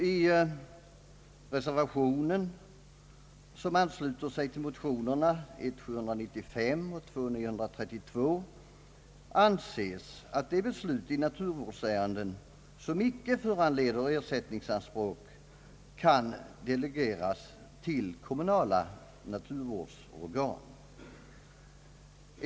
I reservationen som ansluter sig till motionerna I: 795 och II: 932 anses att de beslut i naturvårdsärenden som icke föranleder ersättningsanspråk bör kunna delegeras till kommunala naturvårdsorgan.